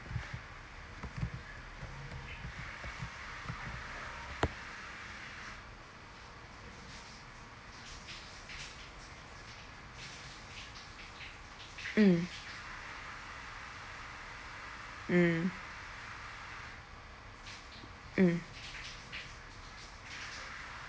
mm mm mm